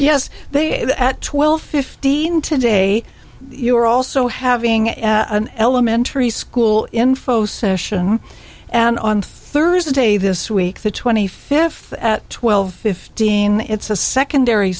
yes they at twelve fifteen today you are also having an elementary school info session and on thursday this week the twenty fifth at twelve fifteen it's a secondary